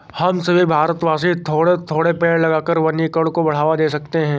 हम सभी भारतवासी थोड़े थोड़े पेड़ लगाकर वनीकरण को बढ़ावा दे सकते हैं